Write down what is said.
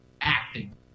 acting